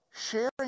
sharing